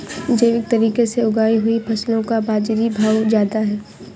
जैविक तरीके से उगाई हुई फसलों का बाज़ारी भाव ज़्यादा है